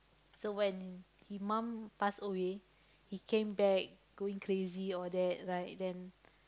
so when he mum pass away he came back going crazy all that right then